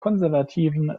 konservativen